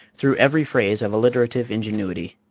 through every phrase of alliterative ingenuity.